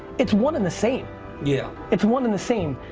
it's one and the same yeah. it's one and the same.